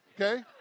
Okay